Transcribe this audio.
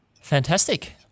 Fantastic